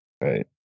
right